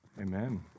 Amen